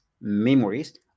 memories